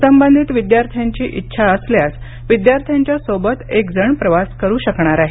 संबंधित विद्यार्थ्यांची इच्छा असल्यास विद्यार्थ्यांच्या सोबत एकजण प्रवास करु शकणार आहे